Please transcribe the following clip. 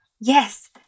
Yes